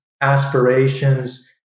aspirations